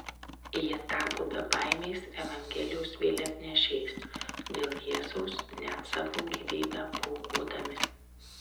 jie tapo bebaimiais evangelijos vėliavnešiais dėl jėzaus net savo gyvybę paaukodami